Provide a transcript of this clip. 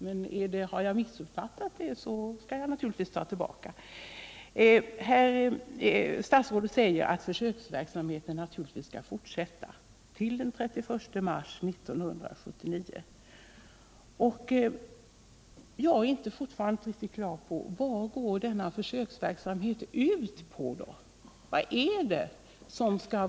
Men har jag missuppfattat det, skall jag naturligtvis ta tillbaka det. Statsrådet säger att försöksverksamheten naturligtvis skall fortsätta till den Nr 87 31 mars 1979. Jag har fortfarande inte riktigt klart för mig vad denna Fredagen den försöksverksamhet går ut på.